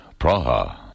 Praha